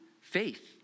faith